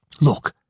Look